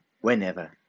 whenever